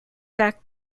back